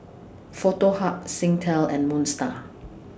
Foto Hub Singtel and Moon STAR